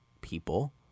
people